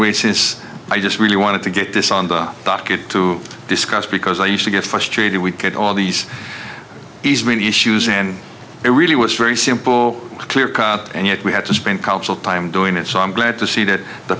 way since i just really wanted to get this on the docket to discuss because i used to get frustrated we get all these these really issues and it really was very simple clear and yet we had to spend cultural time doing it so i'm glad to see that the